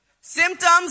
Symptoms